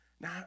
Now